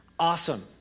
Awesome